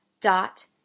dot